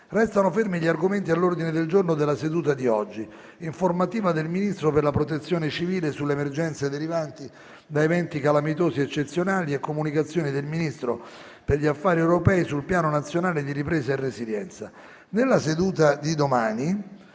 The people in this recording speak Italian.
Restano fermi gli argomenti all'ordine del giorno della seduta di oggi: informativa del Ministro per la protezione civile sulle emergenze derivanti da eventi calamitosi eccezionali e comunicazioni del Ministro per gli affari europei sul Piano nazionale di ripresa e resilienza. Nella seduta di domani